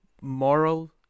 moral